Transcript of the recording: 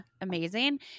amazing